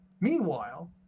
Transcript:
Meanwhile